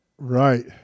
Right